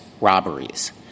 robberies